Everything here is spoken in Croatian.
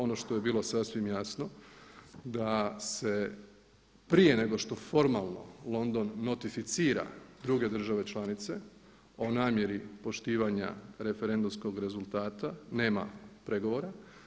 Ono što je bilo sasvim jasno da se prije nego što formalno London notificira druge države članice o namjeri poštivanja referendumskog rezultata nema pregovora.